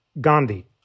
Gandhi